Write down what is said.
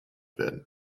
werden